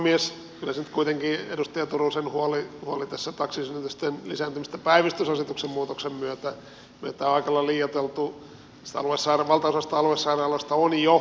kyllä nyt kuitenkin edustaja turusen huoli taksisynnytysten lisääntymisestä päivystysasetuksen muutoksen myötä mutta alkoholia touko savua saa on aika lailla liioiteltu